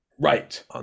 Right